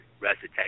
recitation